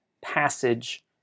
passage